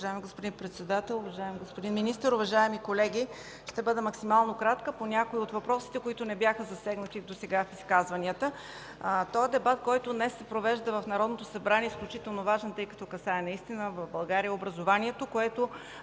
уважаема госпожо Председател. Уважаеми господин Министър, уважаеми колеги! Ще бъда максимално кратка по някои от въпросите, които не бяха засегнати досега в изказванията. Дебатът, който днес се провежда в Народното събрание, е изключително важен, тъй като касае образованието